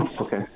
Okay